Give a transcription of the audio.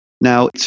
Now